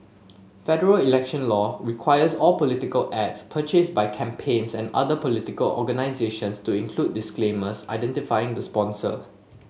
federal election law requires all political ads purchased by campaigns and other political organisations to include disclaimers identifying the sponsor